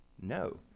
No